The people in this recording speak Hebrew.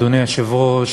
אדוני היושב-ראש,